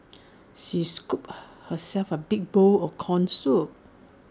she scooped herself A big bowl of Corn Soup